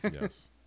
Yes